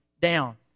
down